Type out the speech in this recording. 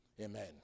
Amen